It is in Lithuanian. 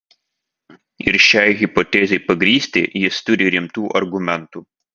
ir šiai hipotezei pagrįsti jis turi rimtų argumentų